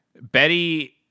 Betty